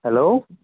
hello